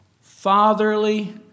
fatherly